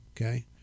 okay